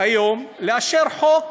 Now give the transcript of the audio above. היום לאשר חוק